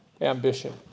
ambition